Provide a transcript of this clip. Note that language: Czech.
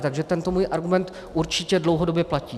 Takže tento můj argument určitě dlouhodobě platí.